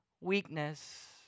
weakness